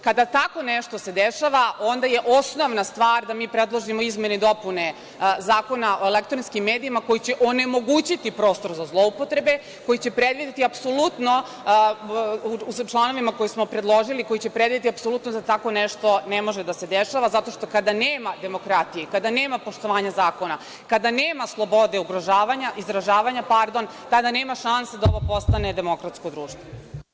Kada se tako nešto dešava onda je osnovna stvar da mi predložimo izmene i dopune Zakona o elektronskim medijima, koji će onemogućiti prostor za zloupotrebe, koji će predvideti apsolutno u članovima koje smo predložili, koji će predvideti apsolutno za tako nešto ne može da se dešava zato što kada nema demokratije, kada nema poštovanja zakona, kada nema slobode izražavanja, tada nema šanse da ovo postane demokratsko društvo.